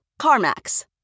CarMax